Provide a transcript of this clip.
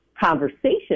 conversation